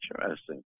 Interesting